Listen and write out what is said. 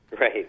Right